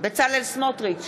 בצלאל סמוטריץ,